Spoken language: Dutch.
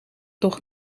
toch